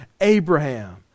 Abraham